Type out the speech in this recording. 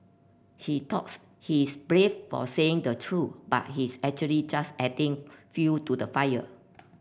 he thoughts he's brave for saying the truth but he's actually just adding fuel to the fire